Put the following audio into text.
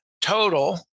total